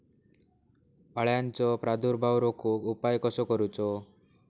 अळ्यांचो प्रादुर्भाव रोखुक उपाय कसो करूचो?